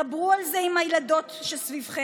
דברו על זה עם הילדות שסביבכם,